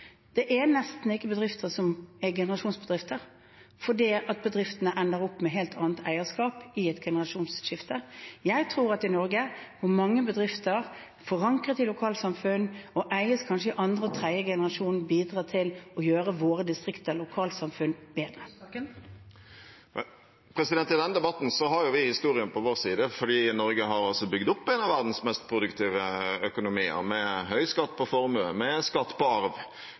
Det er nesten ikke bedrifter som er generasjonsbedrifter, fordi bedriftene ender opp med et helt annet eierskap i et generasjonsskifte. Jeg tror at i Norge, hvor mange bedrifter er forankret i lokalsamfunn, og eies kanskje av andre og tredje generasjon, bidrar dette til å gjøre våre distrikter og lokalsamfunn bedre. Audun Lysbakken – til oppfølgingsspørsmål. I denne debatten har vi historien på vår side, fordi vi i Norge altså har bygd opp en av verdens mest produktive økonomier, med høy skatt på formue og med skatt på arv,